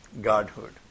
godhood